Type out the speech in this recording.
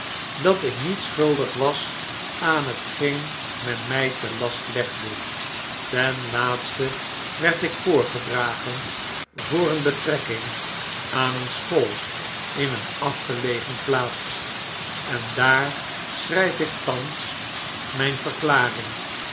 dat ik niet schuldig was aan hetgeen men my te last legde ten laatste werdik voorgedragen voor een betrekking aan een school in een afgelegjen plaats en daar schryf ik thans m'n verklaring